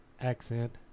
accent